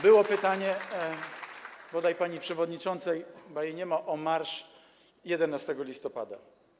Było pytanie, bodaj pani przewodniczącej, chyba jej nie ma, o marsz 11 listopada.